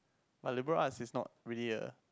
but liberal arts is not really a